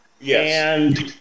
Yes